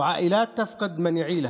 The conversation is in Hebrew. רצח נורא,